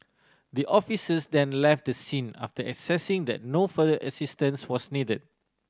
the officers then left the scene after assessing that no further assistance was needed